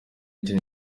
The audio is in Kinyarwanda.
ikintu